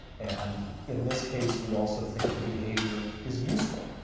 and in this case, we also think the behavior is useful.